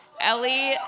Ellie